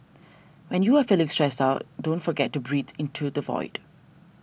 when you are feeling stressed out don't forget to breathe into the void